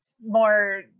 more